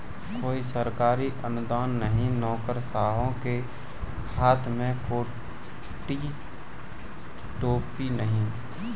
कोई सरकारी अनुदान नहीं, नौकरशाहों के हाथ में कोई टोपी नहीं